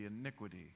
iniquity